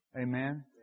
Amen